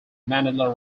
manila